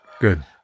Good